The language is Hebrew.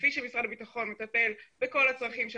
כפי שמשרד הביטחון מטפל בכל הצרכים של